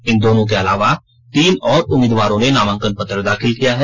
इन दोनों के अलावा तीन और उम्मीदवारों ने नामांकन पत्र दाखिल किया है